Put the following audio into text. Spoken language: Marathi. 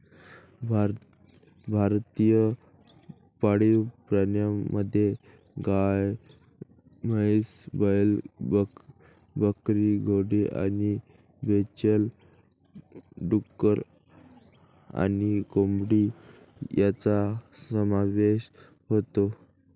भारतीय पाळीव प्राण्यांमध्ये गायी, म्हशी, बैल, बकरी, घोडे आणि खेचर, डुक्कर आणि कोंबडी यांचा समावेश होतो